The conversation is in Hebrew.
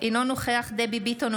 אינו נוכח דבי ביטון,